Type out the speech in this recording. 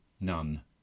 none